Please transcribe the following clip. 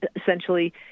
essentially